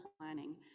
planning